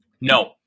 No